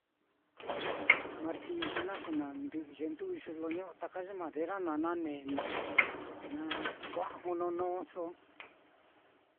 Martiyu naá te na ndɨꞌɨ ye nduyu lo ño'o ye madera naá na nene naku'a na jononoso.